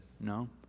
no